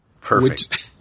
Perfect